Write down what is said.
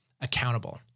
accountable